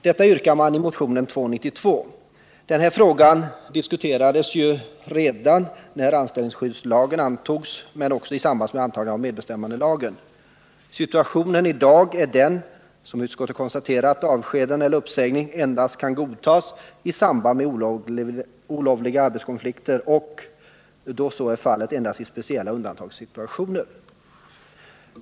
Detta yrkar man i motionen 1978/79:292. Den här frågan diskuterades redan när anställningsskyddslagen antogs men också i samband med antagandet av medbestämmandelagen. Situationen i dag är den, som utskottet konstaterar, att avskedande eller uppsägning endast kan godtas i samband med olovliga arbetskonflikter och, då så är fallet, endast i speciella undantagssituationer.